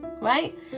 Right